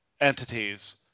entities